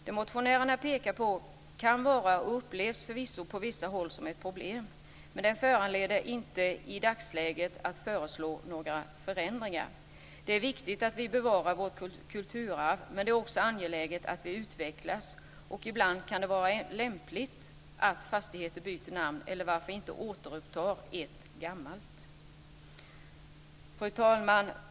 Det motionärerna pekar på kan vara och upplevs förvisso på vissa håll som ett problem, men det föranleder ändå inte att i dagsläget föreslå några förändringar. Det är viktigt att vi bevarar vårt kulturarv, men det är också angeläget att vi utvecklas, och ibland kan det vara lämpligt att fastigheter byter namn eller varför inte återupptar ett gammalt. Fru talman!